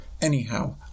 Anyhow